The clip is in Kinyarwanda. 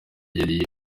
yeruye